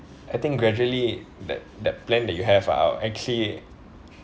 I think gradually that that plan that you have ah actually